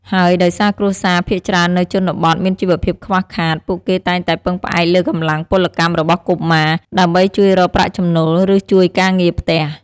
ហើយដោយសារគ្រួសារភាគច្រើននៅជនបទមានជីវភាពខ្វះខាត ពួកគេតែងតែពឹងផ្អែកលើកម្លាំងពលកម្មរបស់កុមារ ដើម្បីជួយរកប្រាក់ចំណូល ឬជួយការងារផ្ទះ។